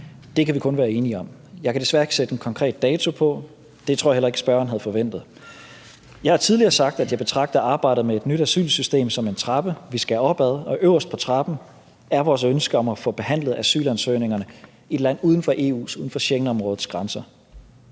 Det kan vi kun være enige om. Jeg kan desværre ikke sætte en konkret dato på, og det tror jeg heller ikke at spørgeren havde forventet. Jeg har tidligere sagt, at jeg betragter arbejdet med et nyt asylsystem som en trappe, vi skal op ad, og øverst på trappen er vores ønske om at få behandlet asylansøgningerne i et land uden for EU, uden for Schengenområdets grænser.